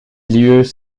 lieux